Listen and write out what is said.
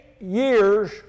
years